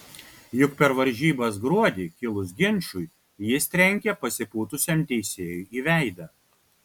juk per varžybas gruodį kilus ginčui jis trenkė pasipūtusiam teisėjui į veidą